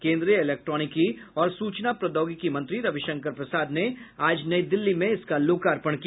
केन्द्रीय इलेक्ट्रोनिकी और सूचना प्रौद्योगिकी मंत्री रविशंकर प्रसाद ने आज नई दिल्ली में इसका लोकार्पण किया